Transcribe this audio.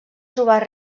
trobar